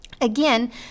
Again